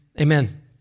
amen